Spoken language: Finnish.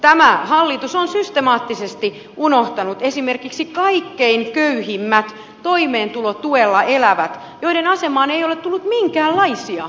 tämä hallitus on systemaattisesti unohtanut esimerkiksi kaikkein köyhimmät toimeentulotuella elävät joiden asemaan ei ole tullut minkäänlaisia muutoksia